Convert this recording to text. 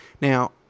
Now